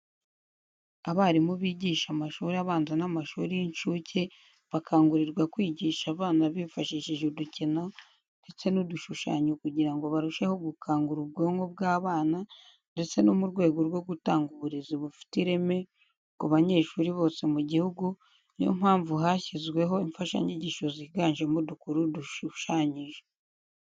Abarimu bigisha amashuri abanza n'amashuri y'incuke bakangurirwa kwigisha abana bifashishije udukino ndetse n'udushushanyo kugira ngo barusheho gukangura ubwonko bw'abana ndetse no mu rwego rwo gutanga uburezi bufite ireme ku banyeshuri bose mu gihugu ni yo mpamvu hashyizweho imfashanyigisho ziganjemo udukuru dushushanyije.